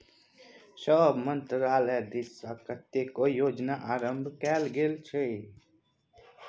सभ मन्त्रालय दिससँ कतेको योजनाक आरम्भ कएल जाइत छै